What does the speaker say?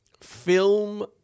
film